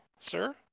Sir